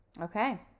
Okay